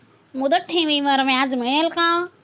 मुदत ठेवीवर व्याज मिळेल का?